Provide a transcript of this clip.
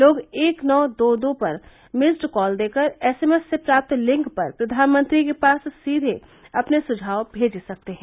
लोग एक नौ दो दो नम्बर पर मिस्ड कॉल देकर एसएमएस से प्राप्त लिंक पर प्रधानमंत्री के पास सीधे अपने सुझाव भेज सकते हैं